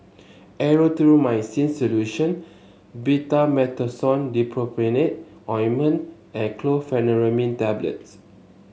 Erythroymycin Solution Betamethasone Dipropionate Ointment and Chlorpheniramine Tablets